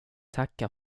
tacka